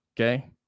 okay